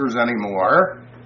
anymore